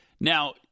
Now